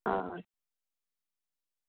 हां